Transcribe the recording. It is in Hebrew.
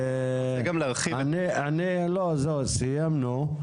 זהו סיימנו,